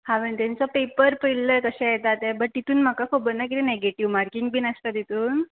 हांवें तेंचो पेपर पयल्ले तशें येता ते बट तितून म्हाका खबर ना किदें नेगेटीव मार्कींग बीन आसता तितून